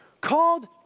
called